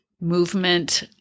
movement